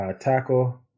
Tackle